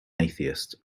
atheist